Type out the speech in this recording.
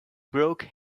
broke